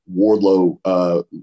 Wardlow